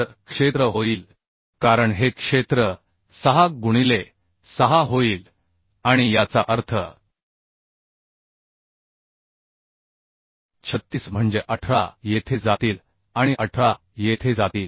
तर क्षेत्र होईल कारण हे क्षेत्र 6 गुणिले 6 होईल आणि याचा अर्थ 36 म्हणजे 18 येथे जातील आणि 18 येथे जातील